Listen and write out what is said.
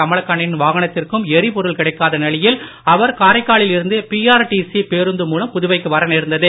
கமலக்கண்ணனின் வாகனத்திற்கும் எரிபொருள் கிடைக்காத நிலையில் அவர் காரைக்காலில் இருந்து பிஆர்டிசி பேருந்து மூலம் புதுவைக்கு வர நேர்ந்தது